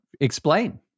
explain